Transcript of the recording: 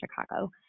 Chicago